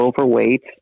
overweight